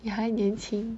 你还年轻